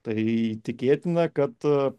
tai tikėtina kad